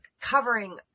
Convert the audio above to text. covering